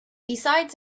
besides